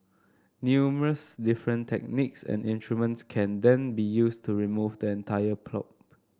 numerous different techniques and instruments can then be used to remove then entire polyp